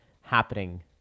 happening